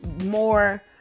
more